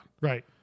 right